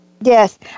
Yes